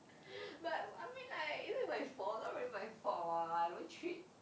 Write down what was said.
but I mean like is it my fault not really my fault [what] I don't treat